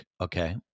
okay